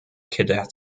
cadet